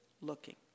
looking